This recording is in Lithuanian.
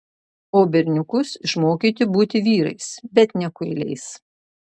o berniukus išmokyti būti vyrais bet ne kuiliais